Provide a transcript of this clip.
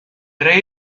rey